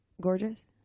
gorgeous